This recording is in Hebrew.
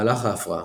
מהלך ההפרעה